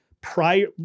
prior